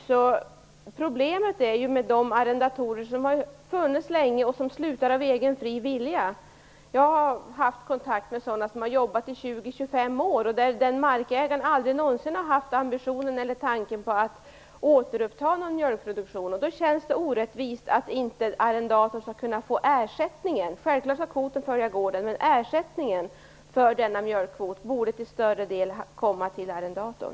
Det är ju problem med de arrendatorer som har funnits länge och som slutar av egen fri vilja. Jag har haft kontakt med sådana som har jobbat i 20-25 år. Markägaren har aldrig någonsin haft någon tanke på att återuppta någon mjölkproduktion. Då känns det orättvist att arrendatorn inte skall kunna få ersättningen. Självfallet skall kvoten följa gården, men ersättningen för denna mjölkkvot borde till större del komma till arrendatorn.